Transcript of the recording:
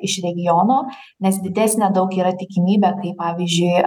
iš regiono nes didesnė daug yra tikimybė kai pavyzdžiui